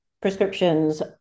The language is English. prescriptions